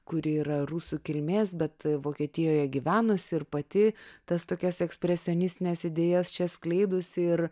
kuri yra rusų kilmės bet vokietijoje gyvenusi ir pati tas tokias ekspresionistines idėjas čia skleidusi ir